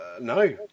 No